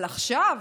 אבל עכשיו,